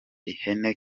ihene